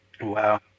Wow